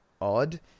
odd